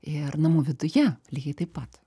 ir namų viduje lygiai taip pat